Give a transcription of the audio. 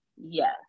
yes